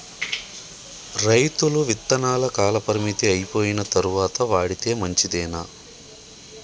రైతులు విత్తనాల కాలపరిమితి అయిపోయిన తరువాత వాడితే మంచిదేనా?